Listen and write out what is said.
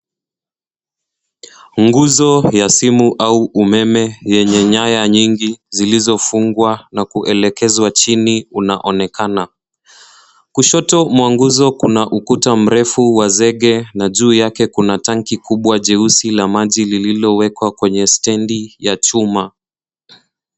Nguzo ya simu au umeme yenye nyaya nyingi zilizofungwa na kuelekezwa kwa chini kunaonekana. Kushoto kwa nguzo kuna ukuta mrefu wa zege na juu yake kuna tanki kubwa jeusi la maji lililowekwa kwenye stedi ya chuma.